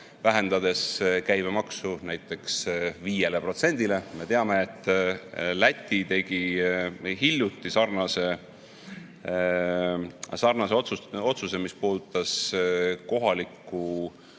vähendades käibemaksu näiteks 5%-le. Me teame, et Läti tegi hiljuti sarnase otsuse, mis puudutas kohalikku